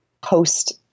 post